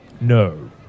No